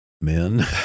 men